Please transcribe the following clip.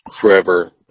forever